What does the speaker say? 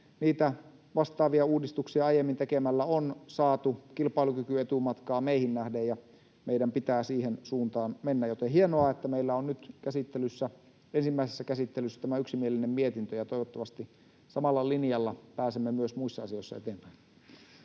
siellä vastaavia uudistuksia aiemmin tekemällä on saatu kilpailukykyetumatkaa meihin nähden. Meidän pitää siihen suuntaan mennä, joten hienoa, että meillä on nyt ensimmäisessä käsittelyssä tämä yksimielinen mietintö, ja toivottavasti samalla linjalla pääsemme myös muissa asioissa eteenpäin.